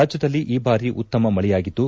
ರಾಜ್ಞದಲ್ಲಿ ಈ ಬಾರಿ ಉತ್ತಮ ಮಳೆಯಾಗಿದ್ದು